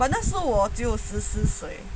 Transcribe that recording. but 那时候我只有十四岁